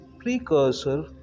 precursor